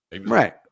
Right